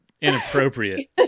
inappropriate